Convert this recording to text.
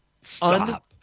Stop